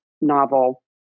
novel